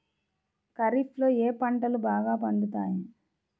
ఖరీఫ్లో ఏ పంటలు బాగా పండుతాయి?